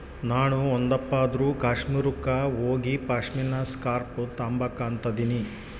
ನಾಣು ಒಂದಪ್ಪ ಆದ್ರೂ ಕಾಶ್ಮೀರುಕ್ಕ ಹೋಗಿಪಾಶ್ಮಿನಾ ಸ್ಕಾರ್ಪ್ನ ತಾಂಬಕು ಅಂತದನಿ